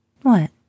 What